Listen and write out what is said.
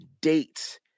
date